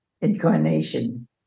incarnation